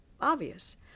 obvious